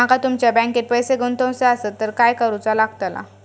माका तुमच्या बँकेत पैसे गुंतवूचे आसत तर काय कारुचा लगतला?